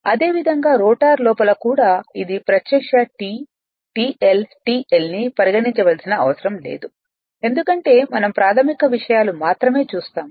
అదేవిధంగా రోటర్ లోపల కూడా ఇది ప్రత్యక్ష T T L T L ని పరిగణించవలసిన అవసరం లేదు ఎందుకంటే మనం ప్రాథమిక విషయాలు మాత్రమే చూస్తాము